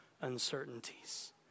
uncertainties